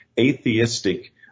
atheistic